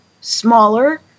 smaller